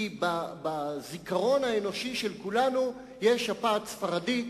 כי בזיכרון האנושי של כולנו יש השפעת הספרדית,